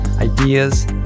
ideas